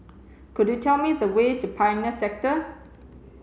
could you tell me the way to Pioneer Sector